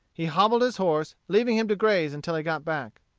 he hobbled his horse, leaving him to graze until he got back.